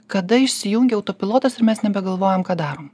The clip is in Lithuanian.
kada išsijungia autopilotas ir mes nebegalvojam kad darom